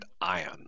iron